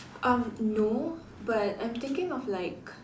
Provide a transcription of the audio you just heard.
um no but I'm thinking of like